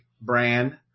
brand